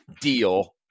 deal